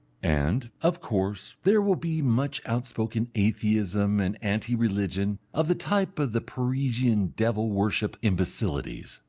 and, of course, there will be much outspoken atheism and anti-religion of the type of the parisian devil-worship imbecilities.